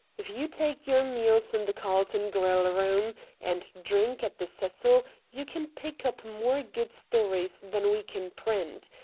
if you take your meals in the carlton grill-room and drink at the cecil you can pick up more good stories than we can print.